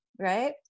Right